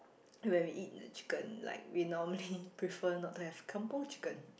when we eat the chicken like we normally prefer not to have kampung chicken